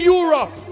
Europe